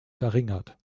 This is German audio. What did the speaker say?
verringert